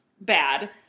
bad